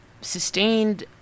sustained